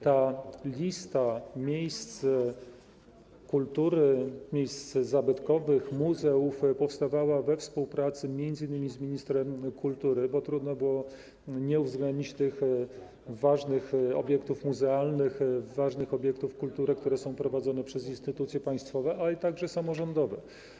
Ta lista miejsc kultury, miejsc zabytkowych, muzeów, powstawała we współpracy m.in. z ministrem kultury, bo trudno było nie uwzględnić ważnych obiektów muzealnych, ważnych obiektów kultury, które są prowadzone przez instytucje państwowe, a także samorządowe.